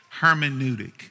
Hermeneutic